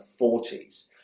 40s